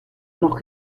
noch